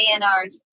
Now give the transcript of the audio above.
ANRs